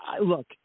look